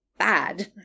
bad